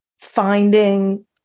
finding